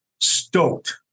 stoked